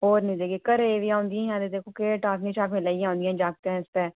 हो नेईं ते केह् घरे बी औंदियां हियां ते दिक्खो के टाफियां शाफियां लेइयै औंदियां हियां जागतें आस्तै